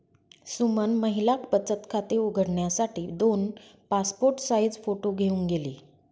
सुमन महिला बचत खाते उघडण्यासाठी दोन पासपोर्ट साइज फोटो घेऊन गेली